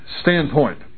standpoint